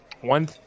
one